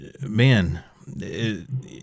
Man